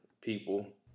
people